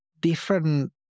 different